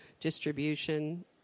distribution